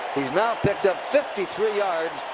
he's now picked up fifty three yards.